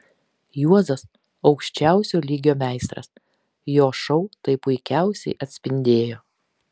juozas aukščiausio lygio meistras jo šou tai puikiausiai atspindėjo